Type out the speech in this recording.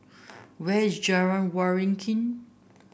where is Jalan Waringin